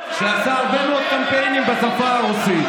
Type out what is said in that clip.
שעשה הרבה מאוד קמפיינים בשפה הרוסית,